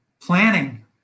planning